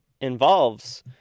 involves